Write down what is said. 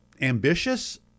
ambitious